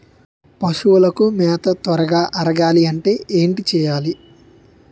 పశువులకు మేత త్వరగా అరగాలి అంటే ఏంటి చేయాలి?